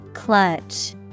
clutch